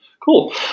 Cool